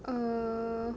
err